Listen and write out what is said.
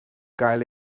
gael